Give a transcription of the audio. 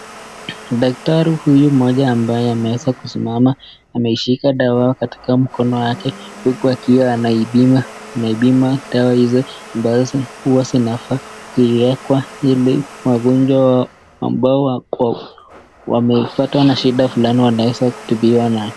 Daktari huyu mmoja ambaye ameweza kusimama, ameishika dawa katika mkono wake huku akiwa anaipima dawa hizo ambazo huwa zinafaa kuwekwa ili wagonjwa ambayo wamepatwa na shida fulani wanaweza kutibiwa nayo.